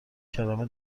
کلمه